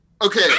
Okay